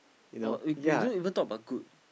oh we don't we don't even talk about good